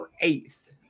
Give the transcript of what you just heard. eighth